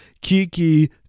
Kiki